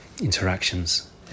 interactions